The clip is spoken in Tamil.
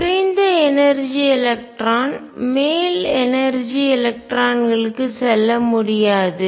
குறைந்த எனர்ஜிஆற்றல் எலக்ட்ரான் மேல் எனர்ஜிஆற்றல் எலக்ட்ரானுக்கு செல்ல முடியாது